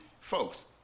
folks